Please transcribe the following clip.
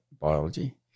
biology